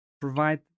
provide